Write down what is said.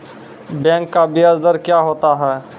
Bank का ब्याज दर क्या होता हैं?